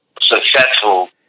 successful